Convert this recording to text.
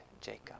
Jacob